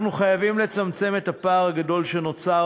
אנחנו חייבים לצמצם את הפער הגדול שנוצר